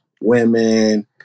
women